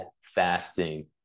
fasting